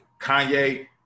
Kanye –